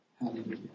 Hallelujah